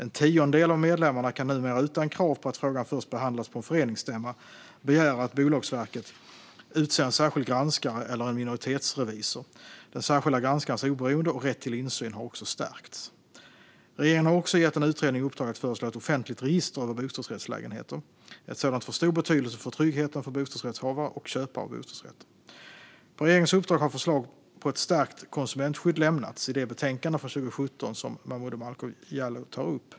En tiondel av medlemmarna kan numera utan krav på att frågan först behandlats på en föreningsstämma begära att Bolagsverket utser en särskild granskare eller en minoritetsrevisor. Den särskilda granskarens oberoende och rätt till insyn har också stärkts. Regeringen har även gett en utredning i uppdrag att föreslå ett offentligt register över bostadsrättslägenheter. Ett sådant skulle få stor betydelse för tryggheten för bostadsrättshavare och köpare av bostadsrätter. På regeringens uppdrag har förslag på ett stärkt konsumentskydd lämnats i det betänkande från 2017 som Momodou Malcolm Jallow tar upp.